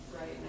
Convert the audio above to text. right